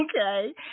okay